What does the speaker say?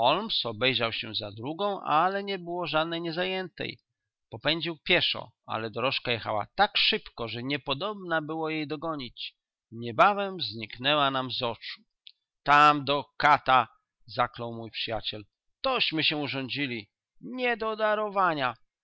obejrzał się za drugą ale nie było żadnej niezajętej popędził pieszo ale dorożka jechała tak szybko że niepodobna było jej dogonić niebawem zniknęła nam z oczu tam do kata zaklął mój przyjaciel tośmy się urządzili nie